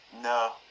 no